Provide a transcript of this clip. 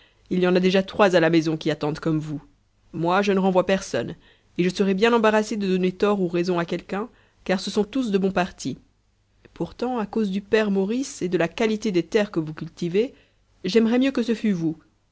il y en a déjà trois à la maison qui attendent comme vous moi je ne renvoie personne et je serais bien embarrassé de donner tort ou raison à quelqu'un car ce sont tous de bons partis pourtant à cause du père maurice et de la qualité des terres que vous cultivez j'aimerais mieux que ce